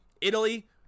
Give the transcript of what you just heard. Italy